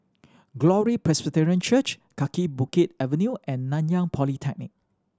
Glory Presbyterian Church Kaki Bukit Avenue and Nanyang Polytechnic